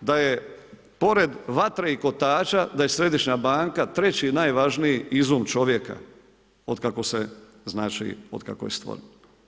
da je pored vatre i kotača da je središnja banka treći najvažniji izum čovjeka od kako je stvoreno.